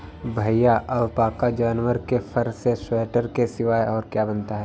भैया अलपाका जानवर के फर से स्वेटर के सिवाय और क्या बनता है?